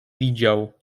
widział